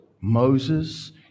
Moses